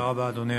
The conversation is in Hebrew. בבקשה, אדוני.